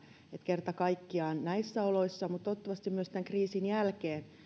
kerta kaikkiaan näissä oloissa mutta toivottavasti myös tämän kriisin jälkeen